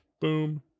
Boom